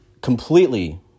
completely